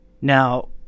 Now